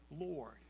Lord